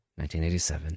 1987